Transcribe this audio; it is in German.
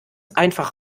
einfach